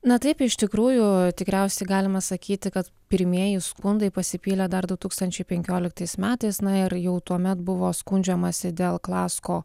na taip iš tikrųjų tikriausiai galima sakyti kad pirmieji skundai pasipylė dar du tūkstančiai penkioliktais metais na ir jau tuomet buvo skundžiamasi dėl klasko